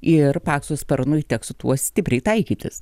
ir pakso sparnui teks su tuo stipriai taikytis